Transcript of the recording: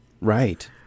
Right